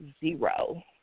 zero